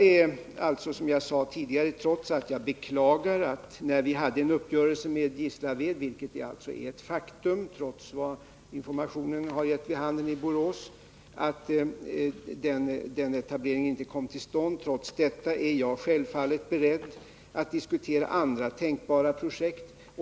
Vi hade som sagt en uppgörelse med Gislaved — vilket är ett faktum, trots vad informationen har gett vid handen i Borås — och att den etableringen inte kom till stånd beklagar jag, men jag är självfallet beredd att diskutera andra tänkbara projekt.